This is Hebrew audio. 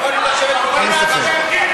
אתה הורס, אתה מבזה, למה מבזה?